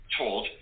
told